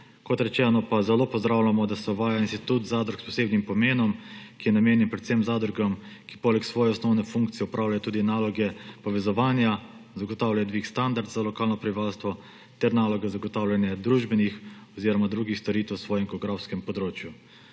Kot rečeno, zelo pozdravljamo, da se uvaja institut zadrug s posebnim pomenom, ki je namenjen predvsem zadrugam, ki poleg svoje osnovne funkcije opravljajo tudi naloge povezovanja, zagotavljajo dvig standarda za lokalno prebivalstvo ter naloge zagotavljanja družbenih oziroma drugih storitev na svojem geografskem območju.